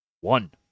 One